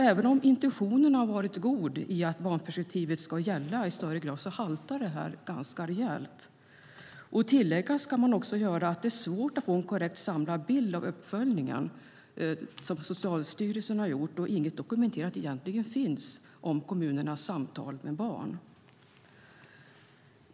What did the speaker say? Även om intentionen varit god, att barnperspektivet ska gälla i högre grad, haltar det ganska rejält. Tilläggas kan att det är svårt att få en korrekt samlad bild av uppföljningen som Socialstyrelsen gjort. Det finns egentligen ingenting dokumenterat om kommunernas samtal med barn.